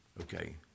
okay